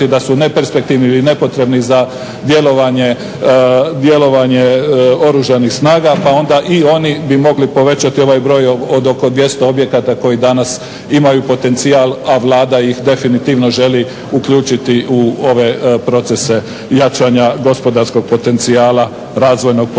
da su neperspektivni ili nepotrebni za djelovanje Oružanih snaga, pa onda i oni bi mogli povećati ovaj broj od oko 200 objekata koji danas imaju potencijal, a Vlada ih definitivno želi uključiti u ove procese jačanja gospodarskog potencijala, razvojnog potencijala